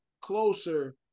closer